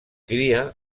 cria